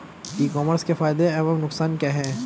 ई commerce के फायदे एवं नुकसान क्या हैं?